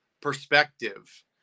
perspective